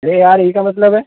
अरे यार यह क्या मतलब है